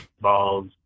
balls